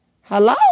Hello